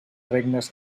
regnes